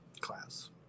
class